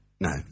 No